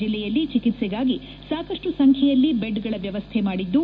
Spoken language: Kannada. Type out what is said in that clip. ಜಿಲ್ಲೆಯಲ್ಲಿ ಚಿಕಿತ್ಸೆಗಾಗಿ ಸಾಕಷ್ಟು ಸಂಖ್ಯೆಯಲ್ಲಿ ಬೆಡ್ಗಳ ವ್ಯವಸ್ಥೆ ಮಾಡಿದ್ದು